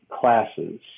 classes